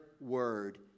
word